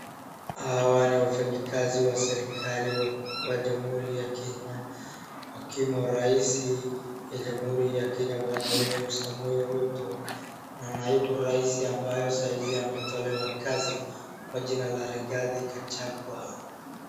Hawa ni wafanyakazi wa serikali ya jamuhuri ya kenya ikiwemo rais wa jamuhuri ya kenya bwana William Samoei Ruto na naibu wa rais ambaye saizi aetolewa kazi kwa jina la Rigathi Gachagua.